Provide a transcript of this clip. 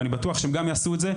ואני בטוח שהם גם יעשו את זה.